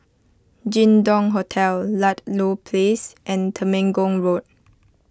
Jin Dong Hotel Ludlow Place and Temenggong Road